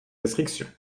restriction